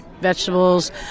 vegetables